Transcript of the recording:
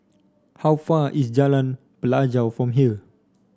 how far is Jalan Pelajau from here